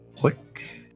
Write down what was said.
quick